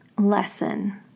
Lesson